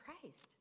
Christ